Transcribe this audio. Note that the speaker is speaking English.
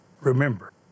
Remember